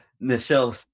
Michelle